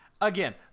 again